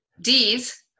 Ds